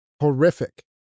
horrific